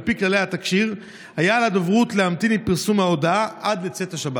פי כללי התקשי"ר היה על הדוברות להמתין עם פרסום ההודעה עד לצאת השבת.